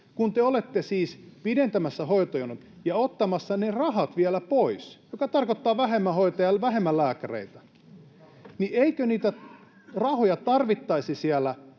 Kun te olette siis pidentämässä hoitojonot ja ottamassa ne rahat vielä pois, mikä tarkoittaa vähemmän hoitajia ja vähemmän lääkäreitä, niin eikö niitä rahoja tarvittaisi siellä